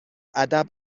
ادب